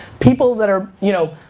people that are, you know,